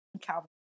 calvin